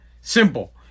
Simple